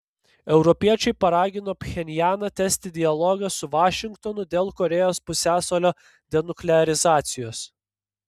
europiečiai paragino pchenjaną tęsti dialogą su vašingtonu dėl korėjos pusiasalio denuklearizacijos